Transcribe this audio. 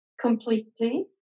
completely